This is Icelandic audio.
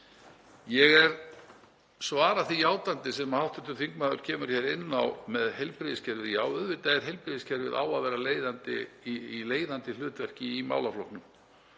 Ég svara því játandi sem hv. þingmaður kemur hér inn á með heilbrigðiskerfið. Já, auðvitað á heilbrigðiskerfið að vera í leiðandi hlutverki í málaflokknum.